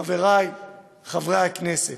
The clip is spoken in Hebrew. חברי חברי הכנסת: